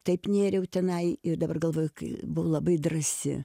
taip nėriau tenai ir dabar galvoju kai buvo labai drąsi